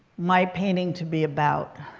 my painting to be about.